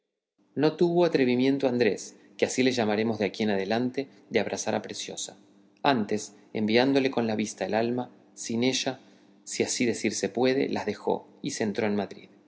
deste apellido no tuvo atrevimiento andrés que así le llamaremos de aquí adelante de abrazar a preciosa antes enviándole con la vista el alma sin ella si así decirse puede las dejó y se entró en madrid